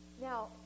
Now